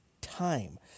time